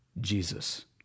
Jesus